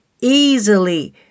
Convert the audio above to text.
easily